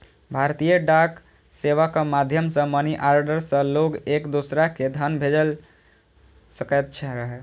भारतीय डाक सेवाक माध्यम सं मनीऑर्डर सं लोग एक दोसरा कें धन भेज सकैत रहै